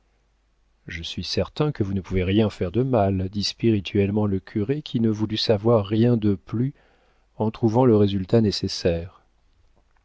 je suis certain que vous ne pouvez rien faire de mal dit spirituellement le curé qui ne voulut savoir rien de plus en trouvant le résultat nécessaire